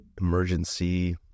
emergency